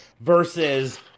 versus